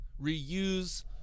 reuse